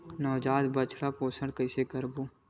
नवजात बछड़ा के पोषण कइसे करबो?